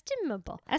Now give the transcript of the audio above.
Estimable